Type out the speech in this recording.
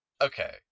Okay